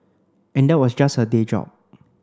and that was just her day job